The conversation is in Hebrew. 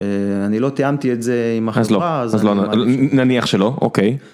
אני לא תיאמתי את זה עם החברה אז לא אז נניח שלא אוקיי.